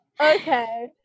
okay